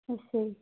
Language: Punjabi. ਅੱਛਾ ਜੀ